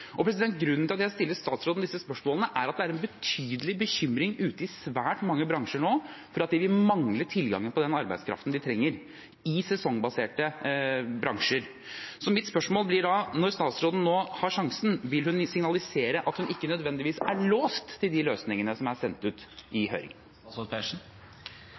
Grunnen til at jeg stiller statsråden disse spørsmålene, er at det nå er en betydelig bekymring ute i svært mange sesongbaserte bransjer for at de vil mangle tilgangen på den arbeidskraften de trenger. Mitt spørsmål blir da: Når statsråden nå har sjansen, vil hun signalisere at hun ikke nødvendigvis er låst til de løsningene som er sendt ut